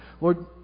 Lord